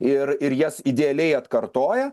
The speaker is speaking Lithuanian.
ir ir jas idealiai atkartoja